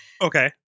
Okay